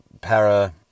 Para